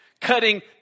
cutting